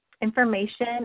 information